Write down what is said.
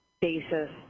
basis